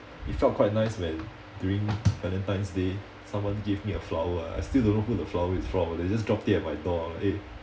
it felt quite nice when during valentine's day someone gave me a flower ah I still don't know who the flower is from they just dropped it at my door ah eh